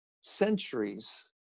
centuries